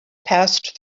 passed